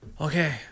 okay